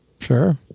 Sure